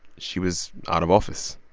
she was out of office.